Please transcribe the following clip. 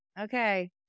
Okay